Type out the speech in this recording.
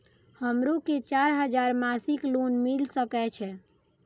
हमरो के चार हजार मासिक लोन मिल सके छे?